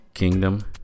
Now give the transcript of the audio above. kingdom